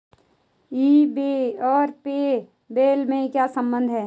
ई बे और PayPal में क्या संबंध है?